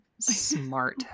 smart